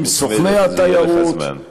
עם סוכני התיירות.